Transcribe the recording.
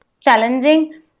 challenging